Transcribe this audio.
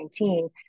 2019